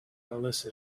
melissa